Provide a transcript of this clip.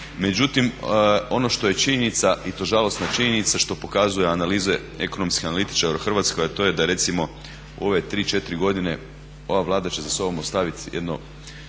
Međutim ono što je činjenica i to žalosna činjenica što pokazuju analize ekonomskih analitičara u Hrvatskoj, a to je da je recimo u ove 3, 4 godine ova Vlada će za sobom ostaviti jedno